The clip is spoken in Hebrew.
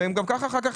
והם גם ככה אחר כך,